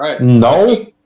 No